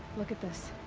look at this!